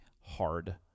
hard